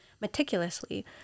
meticulously